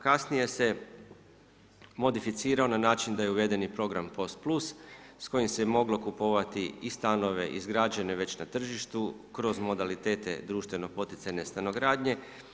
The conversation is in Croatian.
Kasnije se modificirao na način da je uveden i program POS plus s kojim se moglo kupovati i stanove izgrađene već na tržištu kroz modalitete društveno poticajne stanogradnje.